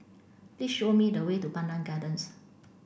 please show me the way to Pandan Gardens